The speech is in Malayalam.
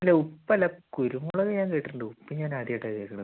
ഇല്ല ഉപ്പല്ല കുരുമുളക് ഞാൻ കേട്ടിട്ടുണ്ട് ഉപ്പ് ഞാനാദ്യമായിട്ടാണ് കേൾക്കണത്